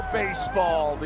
baseball